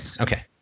Okay